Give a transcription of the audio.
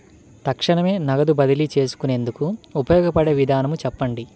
తక్షణమే నగదు బదిలీ చేసుకునేందుకు ఉపయోగపడే విధానము చెప్పండి?